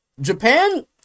Japan